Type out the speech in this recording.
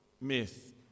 myth